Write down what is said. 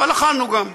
אבל אכלנו, גם.